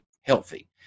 healthy